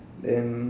then